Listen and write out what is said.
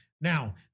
Now